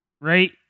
right